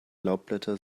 laubblätter